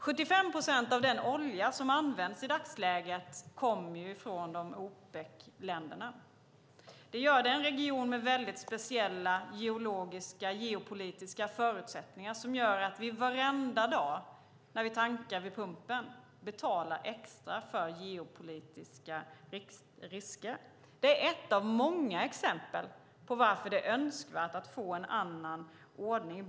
75 procent av den olja som används i dagsläget kommer från Opecländerna. Det är en region med väldigt speciella geopolitiska förutsättningar som gör att vi varenda dag när vi tankar vid pumpen betalar extra för geopolitiska risker. Det är ett av många exempel på varför det är önskvärt att få en annan ordning.